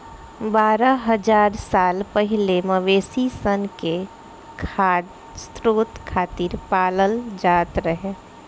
बारह हज़ार साल पहिले मवेशी सन के खाद्य स्रोत खातिर पालल जात रहे